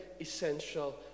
essential